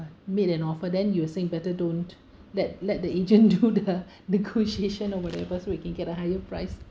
made an offer then you were saying better don't let let the agent do the the negotiation or whatever so we can get a higher price